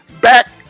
back